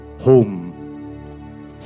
home